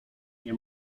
nie